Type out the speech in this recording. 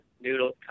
noodles